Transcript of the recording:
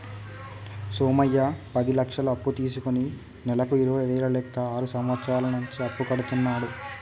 సోమయ్య పది లక్షలు అప్పు తీసుకుని నెలకు ఇరవై వేల లెక్క ఆరు సంవత్సరాల నుంచి అప్పు కడుతున్నాడు